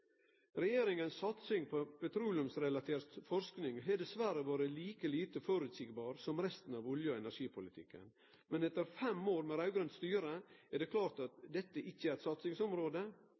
Regjeringas satsing på petroleumsrelatert forsking har dessverre vore like lite føreseieleg som resten av olje- og energipolitikken. Men etter fem år med raud-grønt styre er det klart at dette ikkje er eit satsingsområde,